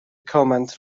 command